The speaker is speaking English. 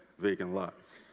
vacant lots.